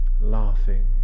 laughing